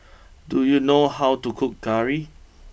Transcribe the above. do you know how to cook Curry